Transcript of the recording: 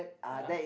ya